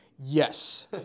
Yes